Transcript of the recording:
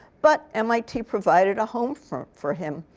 but mit provided a home from for him.